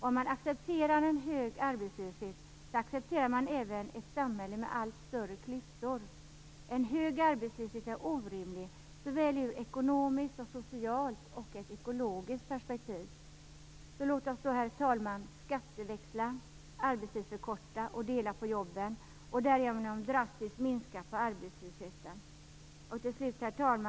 Om man accepterar en hög arbetslöshet accepterar man även ett samhälle med allt större klyftor. En hög arbetslöshet är orimlig ur såväl ekonomiskt som socialt och ekologiskt perspektiv. Låt oss då, herr talman, skatteväxla, arbetstidsförkorta och dela på jobben. Därigenom minskar vi arbetslösheten drastiskt. Herr talman!